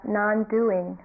non-doing